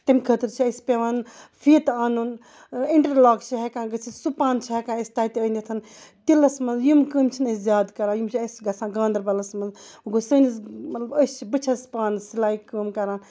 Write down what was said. تمۍ خٲطرٕ چھِ اَسہِ پیٚوان فیٖتہِ اَنُن اِنٹَر لوک چھ ہیٚکان گٔژھتھ سہُ پَن چھِ ہیٚکان أسۍ تَتہِ أنِتھ تِلَس مَنٛز یِم کٲمہِ چھِنہٕ أسۍ زیاد کَران یِم چھِ اَسہِ گَژھان گاندَربَلَس مَنٛز وۄنۍ گوٚو سٲنِس مَطلَب أسۍ چھِ بہٕ چھَس پانہٕ سِلایہِ کٲم کَران